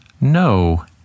No